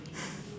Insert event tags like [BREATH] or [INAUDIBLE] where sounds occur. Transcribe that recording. [BREATH]